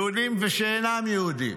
יהודים ושאינם יהודים.